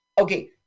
Okay